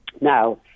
Now